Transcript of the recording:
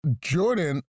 Jordan